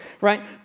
right